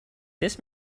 this